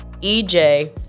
EJ